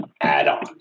add-on